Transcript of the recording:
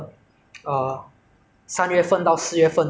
因为那时候是学校开 ah 开始之前 orh